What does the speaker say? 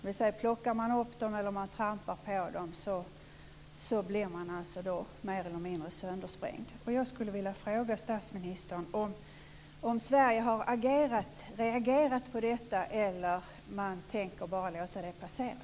Om man plockar upp dem eller trampar på dem blir man mer eller mindre söndersprängd. Jag skulle vilja fråga statsministern om Sverige har reagerat på detta eller om man bara tänker låta det passera.